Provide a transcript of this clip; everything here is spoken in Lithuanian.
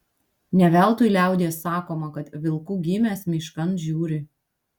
ne veltui liaudies sakoma kad vilku gimęs miškan žiūri